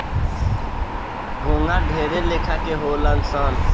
घोंघा ढेरे लेखा के होले सन